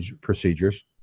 procedures